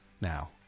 Now